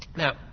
now